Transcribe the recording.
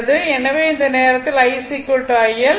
எனவே அந்த நேரத்தில் I IL